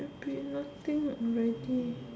be nothing already